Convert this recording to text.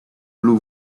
blue